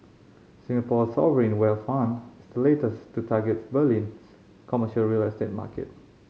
Singapore's sovereign wealth fund is the latest to target Berlin's commercial real estate market